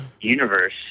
universe